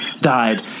Died